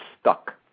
stuck